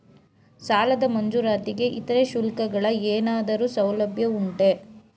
ಸಾಲದ ಮಂಜೂರಾತಿಗೆ ಇತರೆ ಶುಲ್ಕಗಳ ಏನಾದರೂ ಸೌಲಭ್ಯ ಉಂಟೆ?